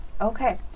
okay